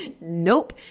nope